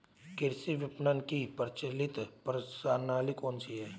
कृषि विपणन की प्रचलित प्रणाली कौन सी है?